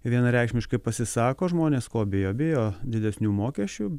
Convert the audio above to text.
vienareikšmiškai pasisako žmonės ko bijo bijo didesnių mokesčių